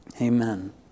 Amen